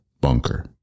bunker